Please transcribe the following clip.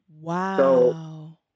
Wow